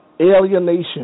alienation